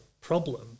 problem